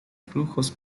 flujos